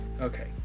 okay